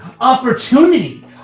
opportunity